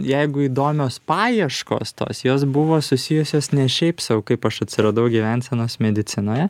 jeigu įdomios paieškos tos jos buvo susijusios ne šiaip sau kaip aš atsiradau gyvensenos medicinoje